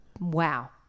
Wow